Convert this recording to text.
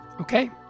Okay